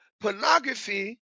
Pornography